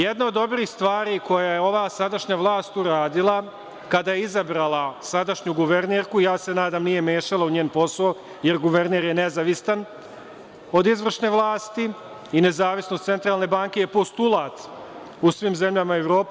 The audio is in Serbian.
Jedna od dobrih stvari koju je ova vlast uradila, kada je izabrala sadašnju guvernerku, ja se nadam, nije mešala u njen posao, jer guverner je nezavistan od izvršne vlasti i nezavisnost Centralne banke je postulat u svim zemljama Evrope.